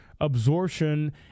absorption